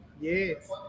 Yes